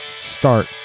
start